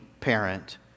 parent